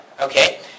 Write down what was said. Okay